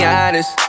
honest